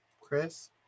Chris